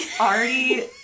already